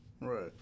Right